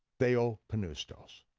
theopneustos.